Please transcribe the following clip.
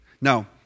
Now